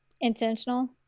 intentional